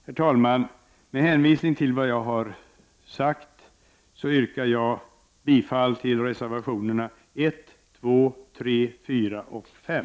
Herr talman! Med hänvisning till vad jag här anfört yrkar jag bifall till reservationerna 1, 2, 3, 4 och 5.